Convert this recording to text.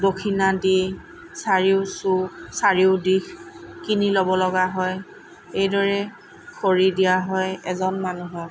দক্ষিণা দি চাৰিও চুক চাৰিও দিশ কিনি ল'ব লগা হয় এইদৰেই খৰি দিয়া হয় এজন মানুহক